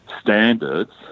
standards